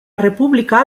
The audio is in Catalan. república